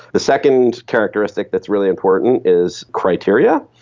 the second characteristic that's really important is criteria,